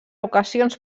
ocasions